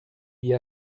vit